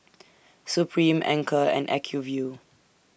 Supreme Anchor and Acuvue